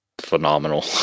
phenomenal